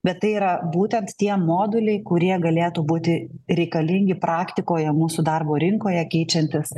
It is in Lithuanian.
bet tai yra būtent tie moduliai kurie galėtų būti reikalingi praktikoje mūsų darbo rinkoje keičiantis